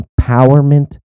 empowerment